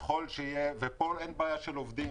פה אין בעיה של עובדים.